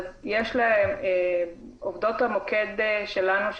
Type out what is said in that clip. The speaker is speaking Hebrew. עובדות המוקד שלנו,